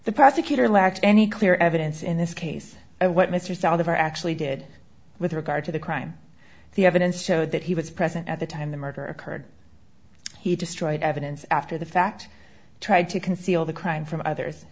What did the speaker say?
the prosecutor lacked any clear evidence in this case what mr salazar actually did with regard to the crime the evidence showed that he was present at the time the murder occurred he destroyed evidence after the fact tried to conceal the crime from others